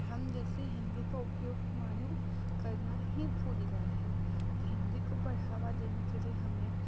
हम जैसे हिन्दी का उपयोग मानों करना ही भूल गए हैं हिन्दी को बढ़ावा देने के लिए हमें